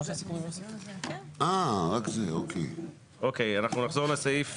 אוקי אנחנו נחזור לסעיף?